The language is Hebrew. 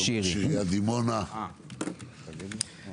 ראש עיריית דימונה וסגן יושב-ראש השלטון המקומי.